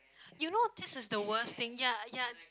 you know this is the worst thing ya ya